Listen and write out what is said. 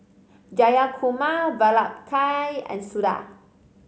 Jayakumar Vallabhbhai and Suda